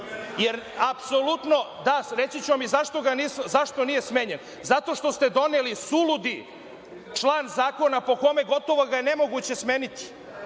je najveći problem. Reći ću vam i zašto nije smenjen. Zato što ste doneli suludi član zakona po kome gotovo ga je nemoguće smeniti.